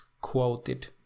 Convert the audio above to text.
quoted